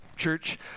church